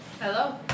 Hello